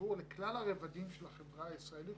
הציבור לכלל הרבדים של החברה הישראלית